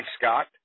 scott